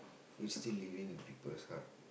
you still living in people's heart